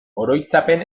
oroitzapen